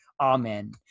amen